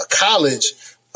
college